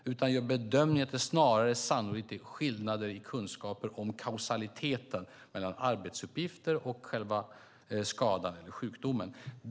Man gör bedömningen att det sannolikt snarare rör sig om skillnader i kunskaper om kausaliteten mellan arbetsuppgifterna och själva skadan eller sjukdomen.